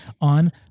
on